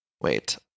Wait